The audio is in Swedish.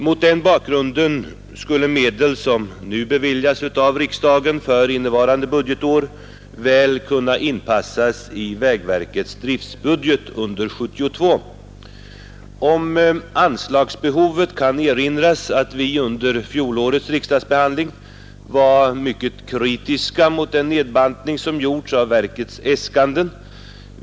Mot den bakgrunden skulle medel som nu beviljas av riksdagen för innevarande budgetår väl kunna inpassas i vägverkets driftbudget under 1972. Om anslagsbehovet kan erinras att vi under fjolårets riksdagsbehandling var mycket kritiska mot den nedbantning som gjorts av verkets äskanden.